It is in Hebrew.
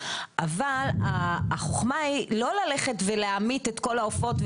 אבל החוכמה היא לא ללכת להמית את כל העופות,